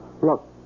Look